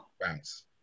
bounce